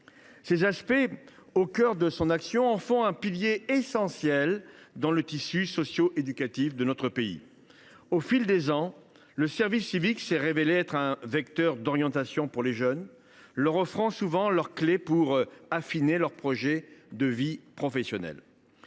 Ces aspects, qui sont au cœur de son action, en font un pilier essentiel dans le tissu socio éducatif de notre pays. Au fil des ans, le service civique s’est révélé être un vecteur d’orientation pour les jeunes, leur offrant souvent les clés pour affiner leur projet de vie professionnelle.